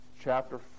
chapter